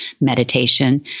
meditation